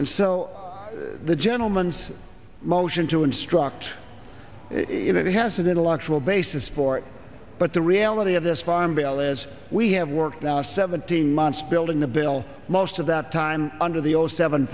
and so the gentleman's motion to instruct it has an intellectual basis for it but the reality of this farm bill as we have worked now seventeen months building the bill most of that time under the old seven